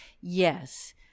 yes